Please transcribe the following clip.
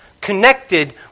connected